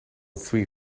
three